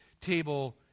table